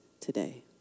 today